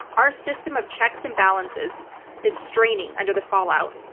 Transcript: our system of checks and balances is straining under the fallout.